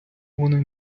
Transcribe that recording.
вони